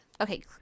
Okay